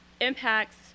impacts